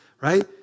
right